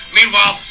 Meanwhile